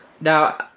now